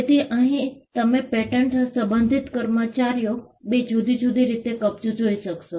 તેથી અહીં તમે પેટન્ટ સબંધિત કર્મચારીનો બે જુદી જુદી રીતે કબજો જોઈ શકશો